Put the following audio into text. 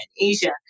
Asia